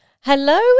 Hello